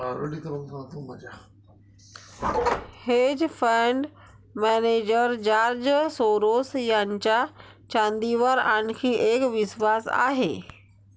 hedge fund manager George Soros यांचा चांदीवर आणखी एक विश्वास आहे